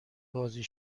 بازی